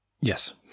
Yes